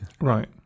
Right